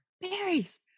Berries